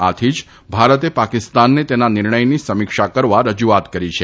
આથી જ ભારતે પાકિસ્તાનને તેના નિર્ણય સમીક્ષા કરવા રજૂઆત કરી છે